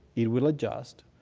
it will adjust,